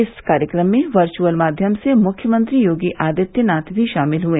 इस कार्यक्रम में वर्यअल माध्यम से मुख्यमंत्री योगी आदित्यनाथ भी शामिल हुए